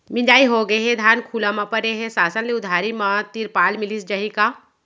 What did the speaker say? मिंजाई होगे हे, धान खुला म परे हे, शासन ले उधारी म तिरपाल मिलिस जाही का?